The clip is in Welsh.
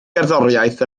gerddoriaeth